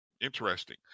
Interesting